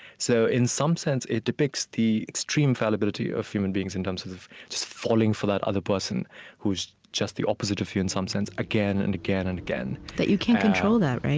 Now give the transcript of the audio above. so in some sense, it depicts the extreme fallibility of human beings, in terms of just falling for that other person who is just the opposite of you in some sense, again and again and again that you can't control that, right?